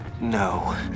No